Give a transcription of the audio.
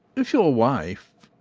if your wife?